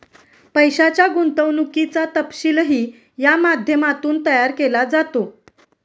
पैशाच्या गुंतवणुकीचा तपशीलही या माध्यमातून तयार केला जातो